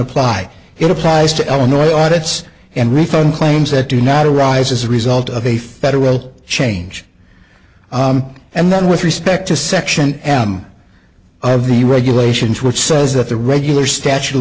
apply it applies to illinois audits and refund claims that do not arise as a result of a federal change and then with respect to section of the regulations which says that the regular statute of